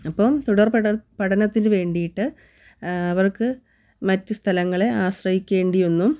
അപ്പം തുടർ പഠന പഠനത്തിന് വേണ്ടിയിട്ട് അവർക്ക് മറ്റ് സ്ഥലങ്ങളെ ആശ്രയിക്കേണ്ടി ഒന്നും